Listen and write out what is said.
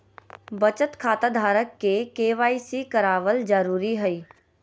बचत खता धारक के के.वाई.सी कराबल जरुरी हइ